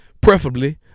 Preferably